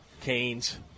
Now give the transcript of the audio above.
Canes